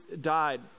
died